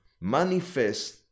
manifest